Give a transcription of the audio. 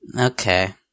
Okay